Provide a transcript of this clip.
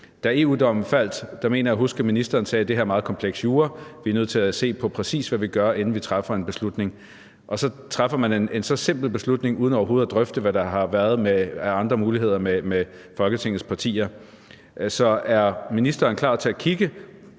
Da EU-dommen faldt, mener jeg at huske, at ministeren sagde, at det her er meget kompleks jura, og at vi er nødt til at se på, præcis hvad vi gør, inden vi træffer en beslutning, og så træffer man en så simpel beslutning uden overhovedet at drøfte, hvad der har været af andre muligheder, med Folketingets partier. Så er ministeren klar til at kigge